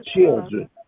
children